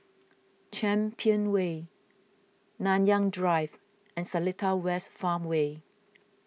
Champion Way Nanyang Drive and Seletar West Farmway